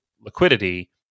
liquidity